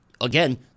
again